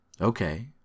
Okay